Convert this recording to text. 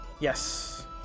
Yes